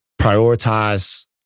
prioritize